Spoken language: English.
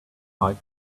five